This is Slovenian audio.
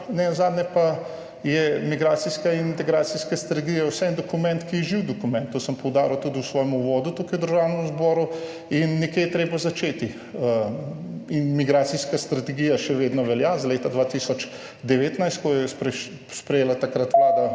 Nenazadnje pa je migracijska integracijska strategija vseeno dokument, ki je živ, to sem poudaril tudi v svojem uvodu tukaj v Državnem zboru, in nekje je treba začeti. Migracijska strategija še vedno velja iz leta 2019, ko jo je takrat